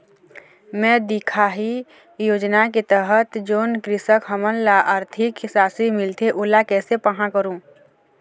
मैं दिखाही योजना के तहत जोन कृषक हमन ला आरथिक राशि मिलथे ओला कैसे पाहां करूं?